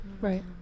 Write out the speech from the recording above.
right